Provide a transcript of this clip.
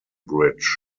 bridge